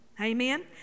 Amen